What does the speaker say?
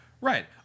Right